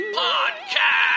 podcast